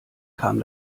kam